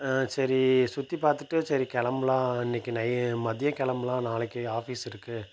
சரி சுற்றி பார்த்துட்டு சரி கிளம்புலாம் இன்னைக்கு நை மதியம் கிளம்புலாம் நாளைக்கு ஆஃபிஸ் இருக்குது